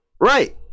Right